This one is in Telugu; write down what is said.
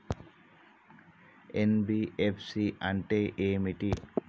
ఎన్.బి.ఎఫ్.సి అంటే ఏమిటి?